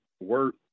work